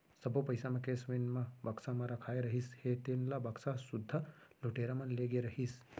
सब्बो पइसा म कैस वेन म बक्सा म रखाए रहिस हे तेन ल बक्सा सुद्धा लुटेरा मन ले गे रहिस